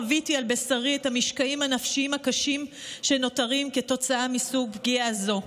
חוויתי על בשרי את המשקעים הנפשיים הקשים שנותרים כתוצאה מסוג פגיעה זו.